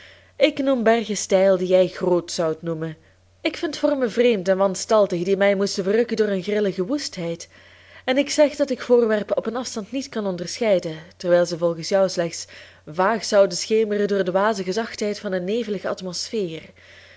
ik noem bergen steil die jij grootsch zoudt noemen ik vind vormen vreemd en wanstaltig die mij moesten verrukken door hun grillige woestheid en ik zeg dat ik voorwerpen op een afstand niet kan onderscheiden terwijl ze volgens jou slechts vaag zouden schemeren door de wazige zachtheid van een nevelige atmosfeer